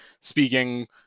speaking